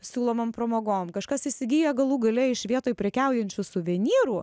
siūlomam pramogom kažkas įsigija galų gale iš vietoj prekiaujančių suvenyrų